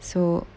so